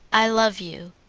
i love you.